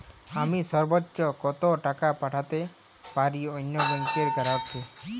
আমি সর্বোচ্চ কতো টাকা পাঠাতে পারি অন্য ব্যাংক র গ্রাহক কে?